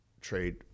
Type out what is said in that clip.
trade